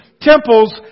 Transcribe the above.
temples